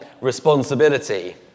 responsibility